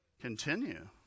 Continue